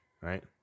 right